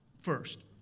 First